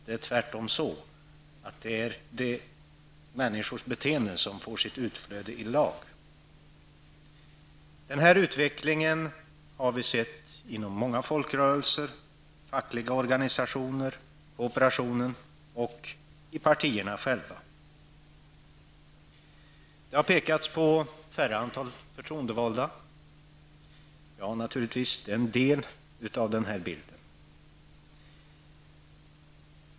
Det är tvärtom så att det är människors beteenden som får sitt utflöde i lag. Den här utvecklingen har vi sett inom många folkrörelser i fackliga organisationer, i kooperationen och i partierna själva. Det har pekats på färre antal förtroendevalda. Det är naturligtvis en del av bilden.